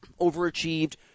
overachieved